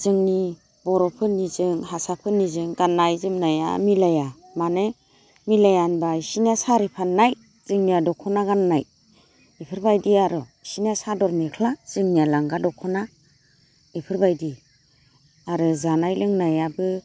जोंनि बर'फोरनिजों हारसाफोरनिजों गाननाय जोमनाया मिलाया मानो मिलाया होनब्ला बिसोरना सारि फाननाय जोंनिया दख'ना गाननाय इफोरबायदि आर' बिसोरना सादर मेख्ला जोंनिया लांगा दख'ना इफोरबायदि आरो जानाय लोंनायाबो